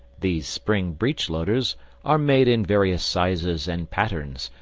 these spring breechloaders are made in various sizes and patterns,